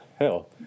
Hell